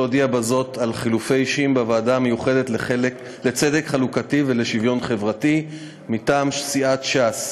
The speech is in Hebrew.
ויועבר לוועדת הכספים להכנה לקריאה שנייה ושלישית.